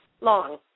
long